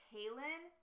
Kaylin